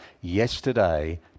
yesterday